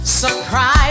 surprise